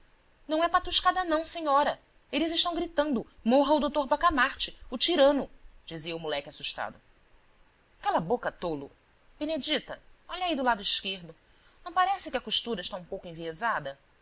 não é patuscada não senhora eles estão gritando morra o dr bacamarte o tirano dizia o moleque assustado cala a boca tolo benedita olha aí do lado esquerdo não parece que a costura está um pouco enviesada